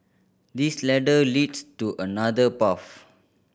this ladder leads to another path